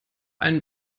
einen